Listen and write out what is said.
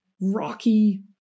rocky